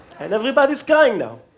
and everybody's crying now.